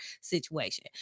situation